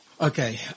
Okay